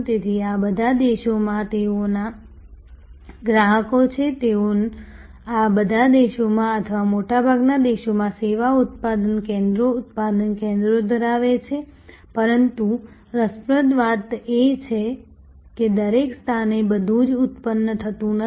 તેથી આ બધા દેશોમાં તેઓના ગ્રાહકો છે તેઓ આ બધા દેશોમાં અથવા મોટાભાગના દેશોમાં સેવા ઉત્પાદન કેન્દ્રો ઉત્પાદન કેન્દ્રો ધરાવે છે પરંતુ રસપ્રદ વાત એ છે કે દરેક સ્થાને બધું જ ઉત્પન્ન થતું નથી